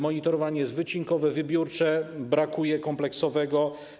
Monitorowanie jest wycinkowe, wybiórcze, brakuje kompleksowego.